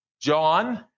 John